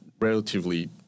relatively